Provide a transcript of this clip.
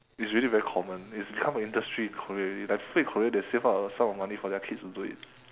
it's really very common it's become an industry in korea already like people in korea they save up a sum of money for their kids to do it